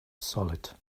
solid